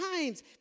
times